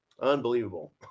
Unbelievable